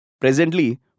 Presently